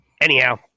Anyhow